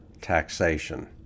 taxation